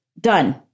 Done